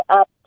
up